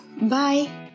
Bye